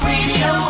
Radio